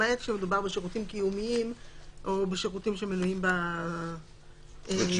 למעט כשמדובר בשירותים קיומיים או בשירותים שמנויים --- זאת אומרת,